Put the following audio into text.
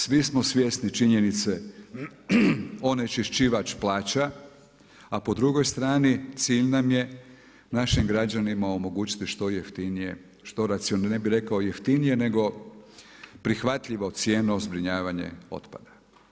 Svi smo svjesni činjenice onečišćivač plaća a po drugoj strani cilj nam je našim građanima omogućiti što jeftinije, da ne bih rekao jeftinije nego prihvatljivo … zbrinjavanje otpada.